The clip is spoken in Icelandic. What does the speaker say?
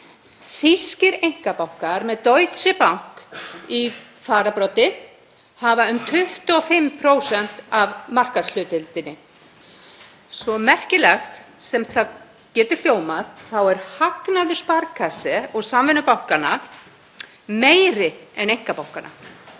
Þýskir einkabankar, með Deutsche Bank í fararbroddi, hafa um 25% af markaðshlutdeildinni. Svo merkilegt sem það getur hljómað er hagnaður Sparkasse og samvinnubankanna meiri en einkabankanna.